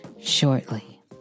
shortly